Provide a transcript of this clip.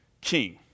king